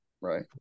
Right